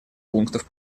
пунктов